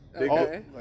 Okay